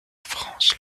france